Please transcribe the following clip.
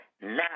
now